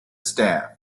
staff